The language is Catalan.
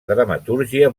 dramatúrgia